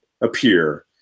appear